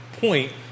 point